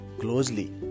closely